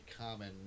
common